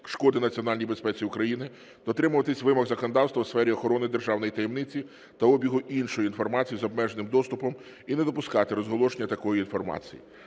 шкоди національній безпеці України, дотримуватись вимог законодавства у сфері охорони державної таємниці та обігу іншої інформації з обмеженим доступом і не допускати розголошення такої інформації.